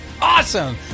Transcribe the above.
awesome